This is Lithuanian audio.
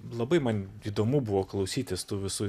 labai man įdomu buvo klausytis tų visų